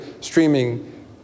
streaming